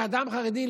כאדם חרדי,